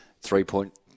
three-point